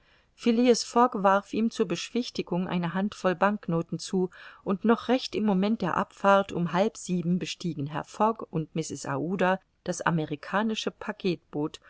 warf ihm zur beschwichtigung eine handvoll banknoten zu und noch recht im moment der abfahrt um halb sieben bestiegen herr fogg und mrs aouda das amerikanische packetboot und